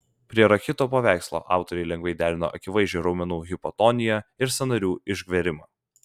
prie rachito paveikslo autoriai lengvai derino akivaizdžią raumenų hipotoniją ir sąnarių išgverimą